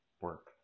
work